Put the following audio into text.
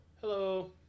Hello